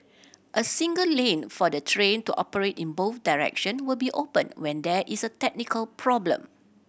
a single lane for the train to operate in both direction will be open when there is a technical problem